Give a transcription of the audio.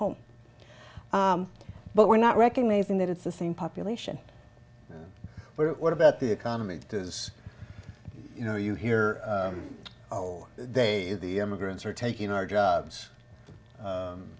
home but we're not recognizing that it's the same population but what about the economy because you know you hear oh they the immigrants are taking our